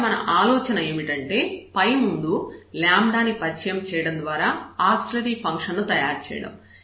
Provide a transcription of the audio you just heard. ఇక్కడ మన ఆలోచన ఏమిటంటే ముందు ని పరిచయం చేయడం ద్వారా ఆక్సిలియరీ ఫంక్షన్ ను తయారుచేయడం